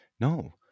No